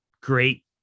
great